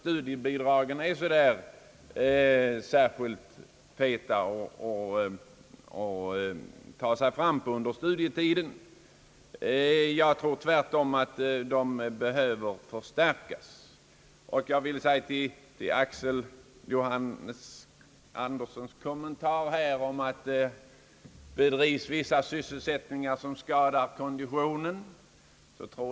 Studiebidragen är enligt min mening inte särskilt feta att klara sig på under studietiden, tvärtom anser jag att de behöver förstärkas. Herr Axel Johannes Andersson framhöll att det bedrivs vissa sysselsättningar som skadar konditionen.